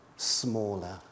smaller